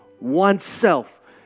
oneself